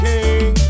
King